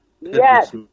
Yes